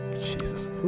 Jesus